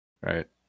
right